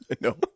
No